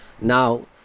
Now